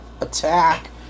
attack